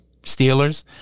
Steelers